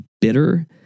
bitter